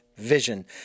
vision